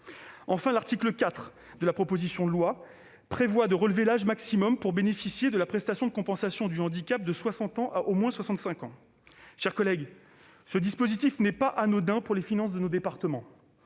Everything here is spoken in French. Enfin, l'article 4 de la proposition de loi prévoit de relever l'âge maximum pour bénéficier de la prestation de compensation du handicap de 60 ans à au moins 65 ans. Mes chers collègues, ce dispositif n'est pas anodin pour les finances de nos départements